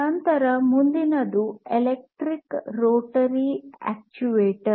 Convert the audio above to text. ನಂತರ ಮುಂದಿನದು electric rotary actuator